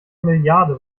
milliarde